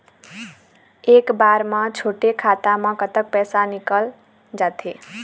एक बार म छोटे खाता म कतक पैसा निकल जाथे?